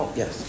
yes